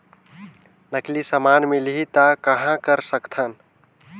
नकली समान मिलही त कहां कर सकथन?